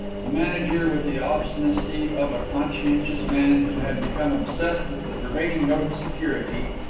the manager, with the obstinacy of a conscientious man who had become obsessed with the pervading note of security,